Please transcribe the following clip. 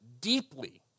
deeply